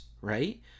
right